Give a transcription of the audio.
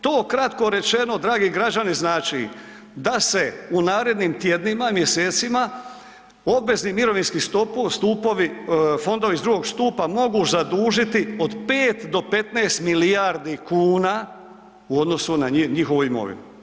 To kratko rečeno dragi građani znači da se u narednim tjednima i mjesecima obvezni mirovinski stupovi, fondovi iz drugog stupa mogu zadužiti od 5 do 15 milijardi kuna u odnosu na njihovu imovinu.